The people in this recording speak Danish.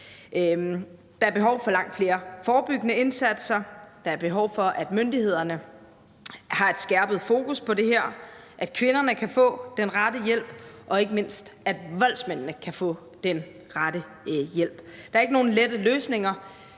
Der er behov for langt flere forebyggende indsatser. Der er behov for, at myndighederne har et skærpet fokus på det her, at kvinderne kan få den rette hjælp, og ikke mindst, at voldsmændene kan få den rette hjælp. Der er ikke nogen lette løsninger,